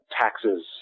taxes